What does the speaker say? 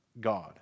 God